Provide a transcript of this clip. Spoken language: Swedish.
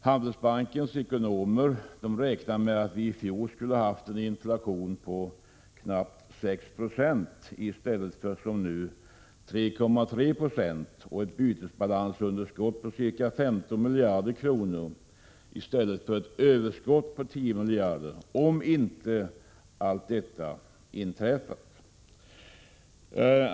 Handelsbankens ekonomer räknar med att vi i fjol skulle ha haft en inflation på knappt 6 2 i stället för som nu 3,3 20, och ett bytesunderskott på ca 15 miljarder kronor i stället för ett överskott på 10 miljarder kronor, om inte allt detta inträffat.